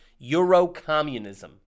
Eurocommunism